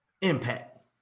Impact